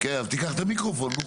אז תיקח את המיקרופון.